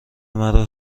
مرا